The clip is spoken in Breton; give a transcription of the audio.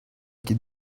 ket